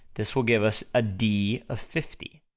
this will give us a d of fifty.